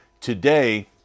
today